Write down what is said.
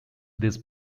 these